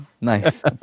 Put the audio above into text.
Nice